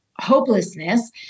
hopelessness